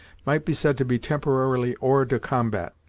might be said to be temporarily hors de combat.